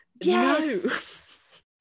Yes